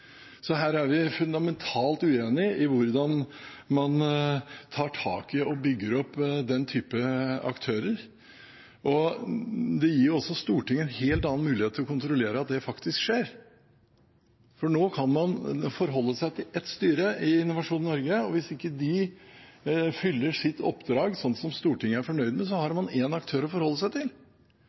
Så her er vi fundamentalt uenige om hvordan man tar tak i og bygger opp den typen aktører. Det gir jo også Stortinget en helt annen mulighet til å kontrollere at det faktisk skjer, for nå kan man forholde seg til ett styre i Innovasjon Norge. Hvis ikke de fyller sitt oppdrag slik at Stortinget er fornøyd, har man én aktør å forholde seg til.